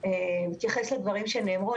בהתייחס לדברים שנאמרו,